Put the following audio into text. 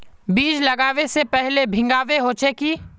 बीज लागबे से पहले भींगावे होचे की?